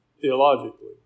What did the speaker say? Theologically